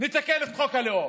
ונתקן את חוק הלאום.